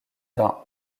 d’un